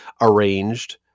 arranged